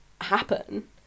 Happen